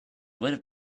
would